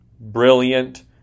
brilliant